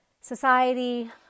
society